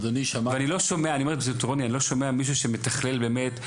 אני לא שומע מישהו שמתכלל באמת.